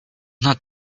not